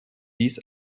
dies